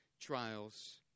trials